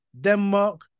Denmark